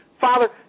Father